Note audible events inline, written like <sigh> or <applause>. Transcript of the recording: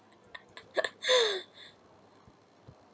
<laughs>